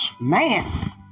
Man